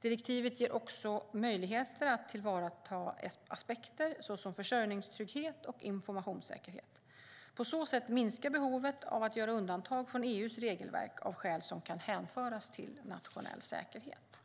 Direktivet ger också möjligheter att tillvarata aspekter såsom försörjningstrygghet och informationssäkerhet. På så sätt minskar behovet av att göra undantag från EU:s regelverk av skäl som kan hänföras till nationell säkerhet.